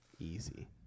easy